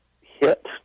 hit